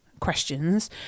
questions